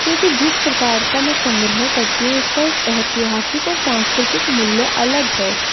क्योंकि जिस प्रकार का मैं संग्रह करती हूँ उसका एक ऐतिहासिक और सांस्कृतिक मूल्य अलग है